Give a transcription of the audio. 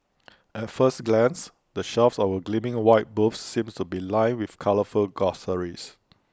at first glance the shelves of the gleaming white booths seem to be lined with colourful groceries